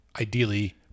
ideally